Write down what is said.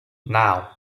naŭ